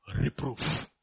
reproof